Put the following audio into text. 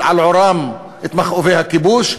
על עורם את מכאובי הכיבוש,